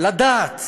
לדעת.